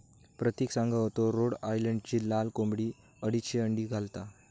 प्रतिक सांगा होतो रोड आयलंडची लाल कोंबडी अडीचशे अंडी घालता